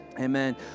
amen